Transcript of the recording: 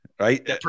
Right